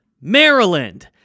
Maryland